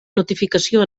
notificació